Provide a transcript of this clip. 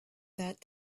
that